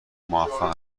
موفق